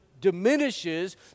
diminishes